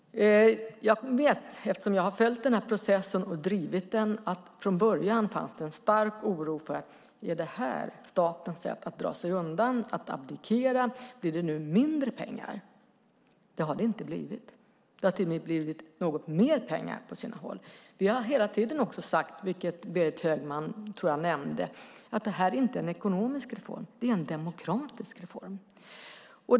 Jag vet, eftersom jag har följt den här processen och drivit den, att det från början fanns en stark oro: Är det här statens sätt att dra sig undan, att abdikera? Blir det mindre pengar nu? Det har det inte blivit. Det har till och med blivit något mer pengar på sina håll. Vi har hela tiden också sagt, vilket Berit Högman nämnde, att det här inte är en ekonomisk reform. Det är en demokratisk reform.